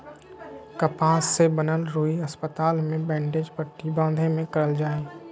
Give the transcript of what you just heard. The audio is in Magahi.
कपास से बनल रुई अस्पताल मे बैंडेज पट्टी बाँधे मे करल जा हय